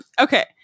Okay